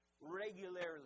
regularly